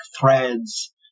threads